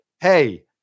hey